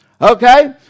Okay